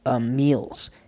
meals